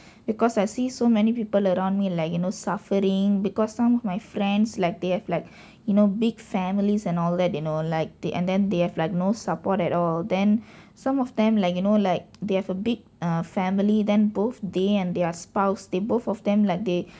because I see so many people around me like you know suffering because some of my friends like they have like you know big families and all that you know like they and then they have like no support at all then some of them like you know like they have a big uh family then both they and their spouse they both of them like they